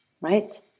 right